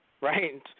right